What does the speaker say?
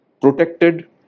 protected